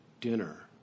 dinner